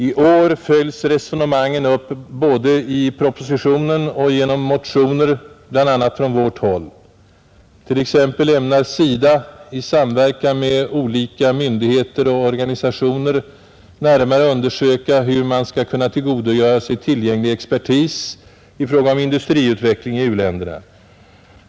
I år följs resonemangen upp både i propositionen och i motioner bl.a. från vårt håll. Så t.ex. ämnar SIDA i samverkan med olika myndigheter och organisationer närmare undersöka hur man skall kunna tillgodogöra sig tillgänglig expertis i fråga om industriutveckling i u-länderna.